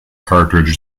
cartridge